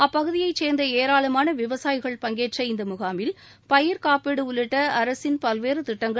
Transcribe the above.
அப்பகுதியைச் சேர்ந்த ஏராளமான விவசாயிகள் பங்கேற்ற இந்த முகாமில் பயிர்க் காப்பீடு உள்ளிட்ட அரசின் பல்வேறு திட்டங்கள்